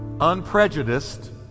unprejudiced